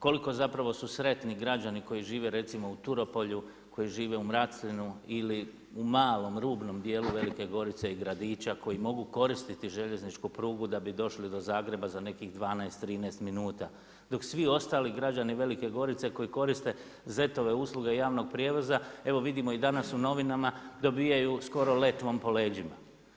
Koliko zapravo su sretni građani koji žive recimo u Turopolju, koji žive u Mracljenu ili u malom rubnom dijelu Velike Gorice i Gradića koji mogu koristiti željezničku prugu da bi došli do Zagreba za nekih 12, 13 minuta dok svi ostali građani Velike Gorice koji koriste ZET-ove usluge javnog prijevoza, evo vidimo i danas u novinama dobivaju skoro letvom po leđima.